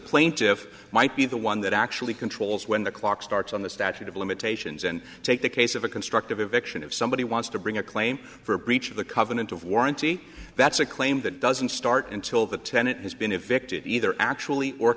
plaintiff might be the one that actually controls when the clock starts on the statute of limitations and take the case of a constructive eviction if somebody wants to bring a claim for breach of the covenant of warranty that's a claim that doesn't start until the tenant has been evicted either actually or